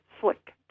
slick